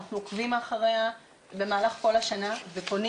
אנחנו עוקבים אחריה במהלך כל השנה ופונים